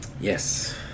Yes